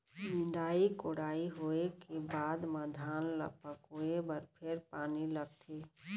निंदई कोड़ई होवे के बाद म धान ल पकोए बर फेर पानी लगथे